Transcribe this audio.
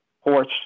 horse